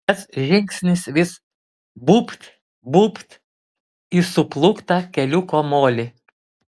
kas žingsnis vis būbt būbt į suplūktą keliuko molį